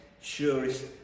surest